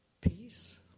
peace